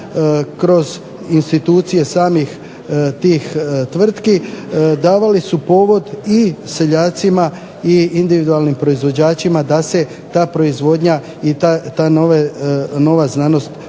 kroz institucije samih tih tvrtki davali su povod i seljacima i individualnim proizvođačima da se ta proizvodnja i ta nova znanost prenosi